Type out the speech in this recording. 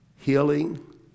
healing